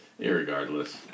Irregardless